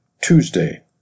Tuesday